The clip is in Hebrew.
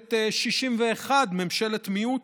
ממשלת 61, ממשלה צרה,